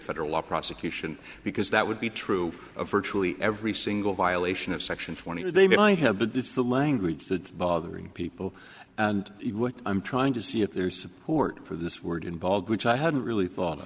federal law prosecution because that would be true of virtually every single violation of section twenty two they might have but this is the language that bothering people and i'm trying to see if there's support for this word involved which i hadn't really thought